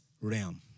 realm